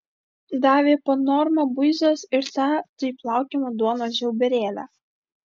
davė po normą buizos ir tą taip laukiamą duonos žiauberėlę